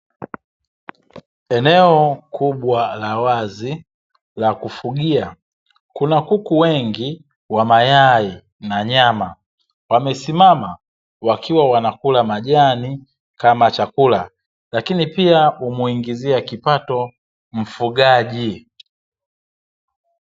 Eneo kubwa la wazi la kufugia, kuna kuku wengi wa mayai na nyama wamesimama wakiwa wanakula majani kama chakula lakini pia humuingizia kipato mfugaji.